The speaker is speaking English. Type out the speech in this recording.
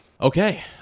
okay